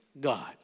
God